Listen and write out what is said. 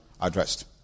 addressed